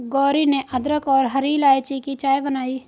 गौरी ने अदरक और हरी इलायची की चाय बनाई